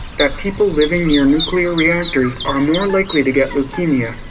that people living near nuclear reactors are more likely to get leukemia.